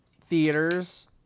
theaters